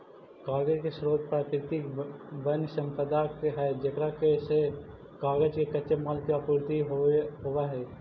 कागज के स्रोत प्राकृतिक वन्यसम्पदा है जेकरा से कागज के कच्चे माल के आपूर्ति होवऽ हई